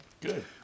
good